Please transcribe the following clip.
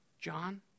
John